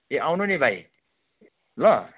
ए आउनु नि भाइ ल